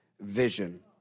vision